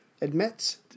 Admits